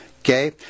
okay